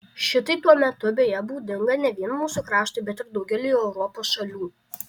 šitai tuo metu beje būdinga ne vien mūsų kraštui bet ir daugeliui europos šalių